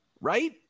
right